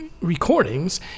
Recordings